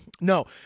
No